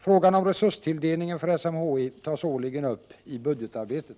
Frågan om resurstilldelningen för SMHI tas årligen upp i budgetarbetet.